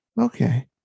Okay